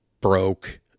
broke